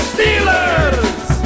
Steelers